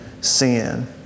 sin